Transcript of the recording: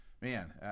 man